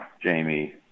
Jamie